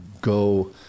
go